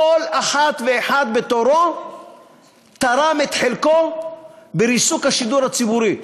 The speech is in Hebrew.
כל אחת ואחד בתורו תרם את חלקו לריסוק השידור הציבורי.